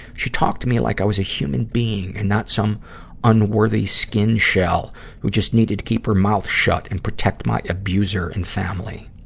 she talked to me like i was a human being, and not some unworthy skin shell who just needed to keep her mouth shut and protect my abuser and family.